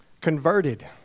converted